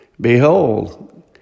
Behold